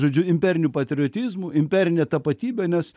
žodžiu imperiniu patriotizmu imperine tapatybe nes